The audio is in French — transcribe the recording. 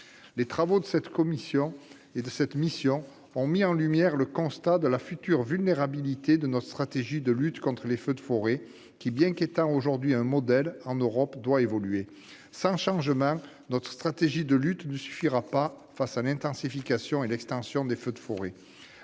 Les travaux de cette mission et de la commission spéciale ont mis en lumière le constat de la future vulnérabilité de notre stratégie de lutte contre les feux de forêt qui, bien qu'étant aujourd'hui un modèle en Europe, doit évoluer. Sans changement, notre stratégie ne suffira pas face à l'intensification et à l'extension des feux de forêt.